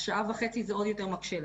אז שעה וחצי זה עוד יותר מקשה עליהם.